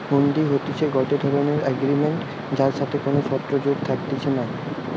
হুন্ডি হতিছে গটে ধরণের এগ্রিমেন্ট যার সাথে কোনো শর্ত যোগ থাকতিছে নাই